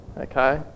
Okay